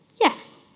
Yes